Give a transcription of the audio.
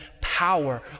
power